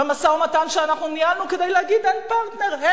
במשא-ומתן שאנחנו ניהלנו כדי להגיד: אין פרטנר,